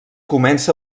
comença